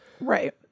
Right